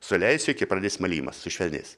suleisiu iki pradės malimas sušvelnės